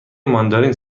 ماندارین